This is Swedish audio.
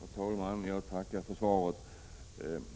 Herr talman! Jag tackar för svaret.